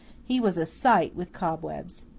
he was a sight with cobwebs.